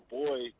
boy